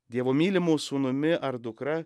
dievo mylimu sūnumi ar dukra